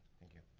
thank you.